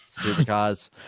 supercars